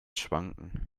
schwanken